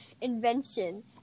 invention